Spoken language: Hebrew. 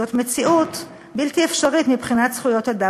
זאת מציאות בלתי אפשרית מבחינת זכויות אדם